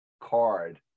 card